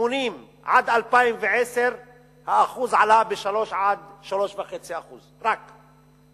1980 עד 2010 האחוז עלה רק ב-3% 3.5%.